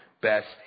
best